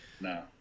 No